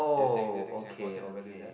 do you think do you think Singapore can ever do that